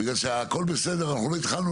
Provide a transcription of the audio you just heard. בגלל שהכל בסדר אנחנו עוד לא התחלנו